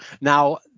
Now